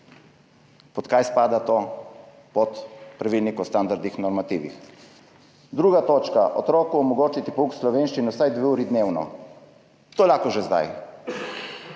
Pod kaj spada to? Pod pravilnik o standardih in normativih. Druga točka: otroku omogočiti pouk slovenščine vsaj dve uri dnevno. To je lahko že zdaj.